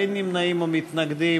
אין נמנעים או מתנגדים.